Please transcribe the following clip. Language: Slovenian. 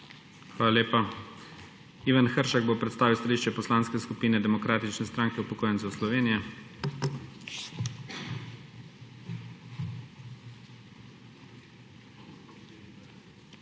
Hvala lepa. Ivan Hršak bo predstavil stališče Poslanske skupine Demokratične stranka upokojencev Slovenije.